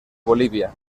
bolivia